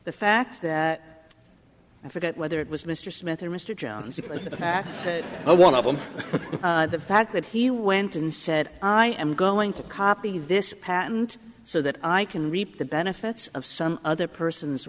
the fact that i forget whether it was mr smith or mr jones if i want to the fact that he went and said i am going to copy this patent so that i can reap the benefits of some other person's